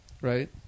right